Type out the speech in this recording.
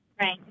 Right